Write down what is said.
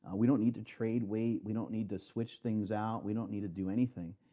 ah we don't need to trade weight. we don't need to switch things out. we don't need to do anything.